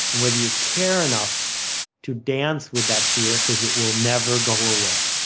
and whether you care enough to dance with that fear because it will never go away.